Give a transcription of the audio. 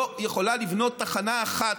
לא יכולה לבנות תחנה אחת,